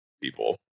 people